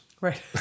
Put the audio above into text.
Right